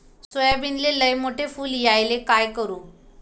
सोयाबीनले लयमोठे फुल यायले काय करू?